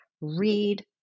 read